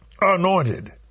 anointed